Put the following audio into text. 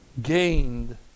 Gained